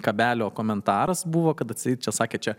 kabelio komentaras buvo kad atseit čia sakė čia